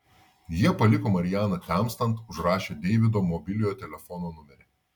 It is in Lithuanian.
jie paliko marianą temstant užrašę deivido mobiliojo telefono numerį